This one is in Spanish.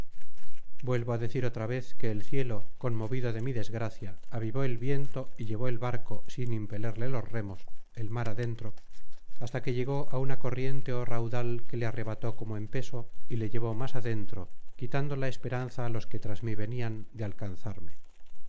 vuelvo á decir otra vez que el cielo conmovido de mi desgracia avivó el viento y llevó el barco sin impelerle los remos el mar adentro hasta que llegó a una corriente ó raudal que le arrebató como en peso y le llevó más adentro quitando la esperanza á los que tras mí venian de alcanzarme